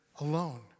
alone